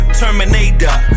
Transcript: terminator